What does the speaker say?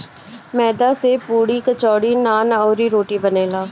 मैदा से पुड़ी, कचौड़ी, नान, अउरी, रोटी बनेला